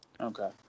Okay